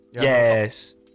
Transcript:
Yes